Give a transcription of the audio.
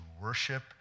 worship